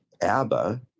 ABBA